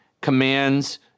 commands